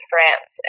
France